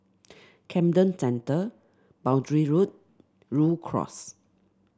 Camden Centre Boundary Road Rhu Cross